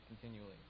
continually